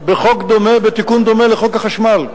בחוק דומה, בתיקון דומה לחוק החשמל.